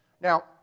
Now